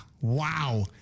wow